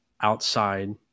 outside